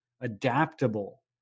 adaptable